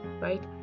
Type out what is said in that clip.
right